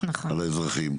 על האזרחים,